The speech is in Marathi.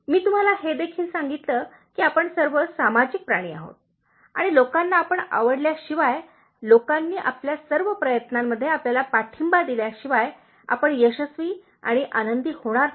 मी तुम्हाला हे देखील सांगितले की आपण सर्व सामाजिक प्राणी आहोत आणि लोकांना आपण आवडल्याशिवाय लोकांनी आपल्या सर्व प्रयत्नांमध्ये आपल्याला पाठिंबा दिल्याशिवाय आपण यशस्वी आणि आनंदी होणार नाही